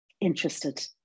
interested